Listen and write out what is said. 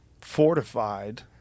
fortified